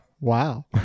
wow